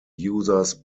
users